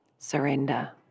surrender